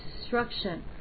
destruction